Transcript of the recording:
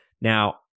Now